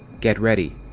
get ready!